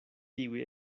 tiuj